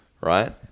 right